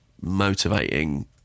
motivating